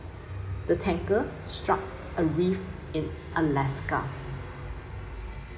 the tanker struck a reef in alaska